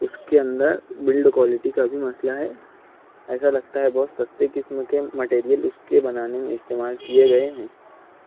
اس کے اندر blood quality کا بھی مسئلہ ہے ایسا لگتا ہے بہت سستے قسم کے مٹیریل اس کے بنانے میں استعمال کیے گئے ہیں